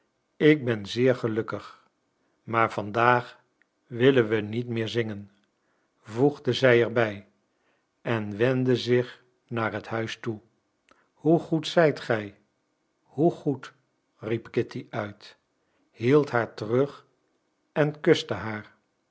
ik ben zeer gelukkig maar vandaag willen we niet meer zingen voegde zij er bij en wendde zich naar het huis toe hoe goed zijt gij hoe goed riep kitty uit hield haar terug en kuste haar